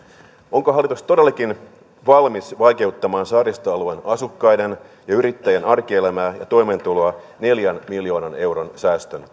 onko hallitus todellakin valmis vaikeuttamaan saaristoalueen asukkaiden ja yrittäjien arkielämää ja toimeentuloa neljän miljoonan euron säästön